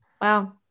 Wow